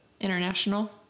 international